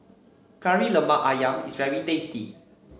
Kari Lemak ayam is very tasty